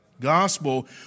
Gospel